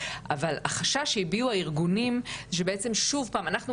אבל החשש שהביעו הארגונים זה שבעצם שוב פעם אנחנו